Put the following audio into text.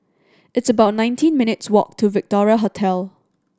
it's about nineteen minutes' walk to Victoria Hotel